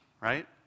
right